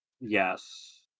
Yes